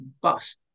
bust